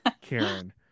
Karen